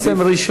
מי מפרסם ראשון.